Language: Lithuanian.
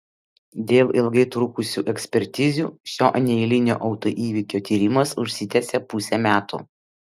dėl ilgai trukusių ekspertizių šio neeilinio autoįvykio tyrimas užsitęsė pusę metų